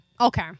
Okay